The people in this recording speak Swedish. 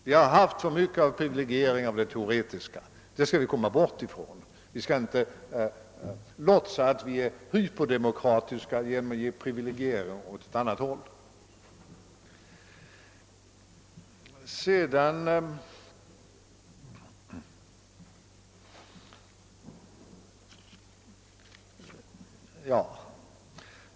De teoretiska studierna har privilegierats alltför mycket — det skall vi komma bort från — men vi skall inte låtsa som om vi är hyperdemokratiska genom att privilegiera åt andra hållet.